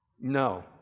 No